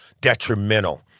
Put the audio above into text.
detrimental